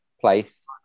place